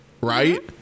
right